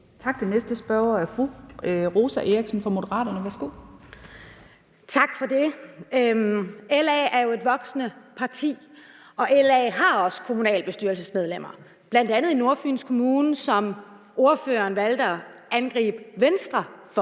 Tak for det. LA er jo et voksende parti, og LA har også kommunalbestyrelsesmedlemmer, bl.a. i Nordfyns Kommune, som ordføreren valgte at angribe Venstre for.